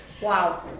Wow